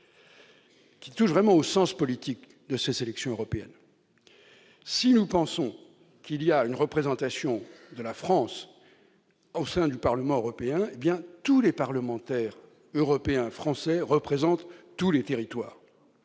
qui touche au sens politique des élections européennes, si nous pensons qu'il y a une représentation de la France au sein du Parlement européen, tous les eurodéputés français représentent tous les territoires